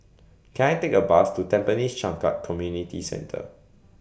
Can I Take A Bus to Tampines Changkat Community Centre